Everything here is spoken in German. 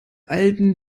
alten